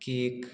cake